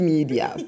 Media